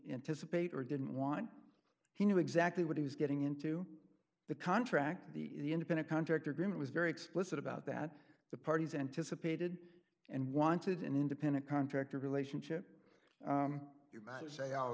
anticipate or didn't want he knew exactly what he was getting into the contract the independent contractor grimmett was very explicit about that the parties anticipated and wanted an independent contractor relationship to say all of